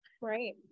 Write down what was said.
Right